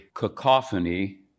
cacophony